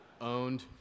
owned